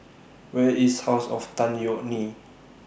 Where IS House of Tan Yeok Nee